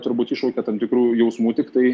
turbūt iššaukė tam tikrų jausmų tiktai